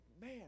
man